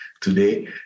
today